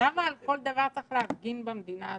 למה על כל דבר צריך להפגין במדינה הזאת?